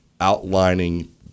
outlining